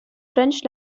french